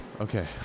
Okay